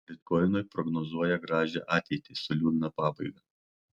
bitkoinui prognozuoja gražią ateitį su liūdna pabaiga